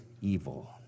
evil